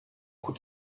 could